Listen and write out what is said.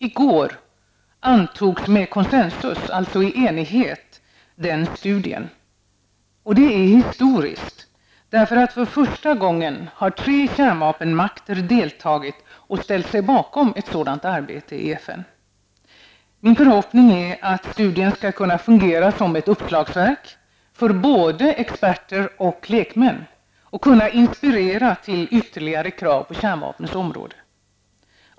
I går antogs med consensus, alltså i enighet, den studien. Detta är historiskt, eftersom för första gången tre kärnvapenmakter har deltagit i och ställt sig bakom ett sådant arbete i FN. Min förhoppning är att studien skall kunna fungera som ett uppslagsverk för både experter och lekmän och inspirera till ytterligare krav på kärnvapnens område.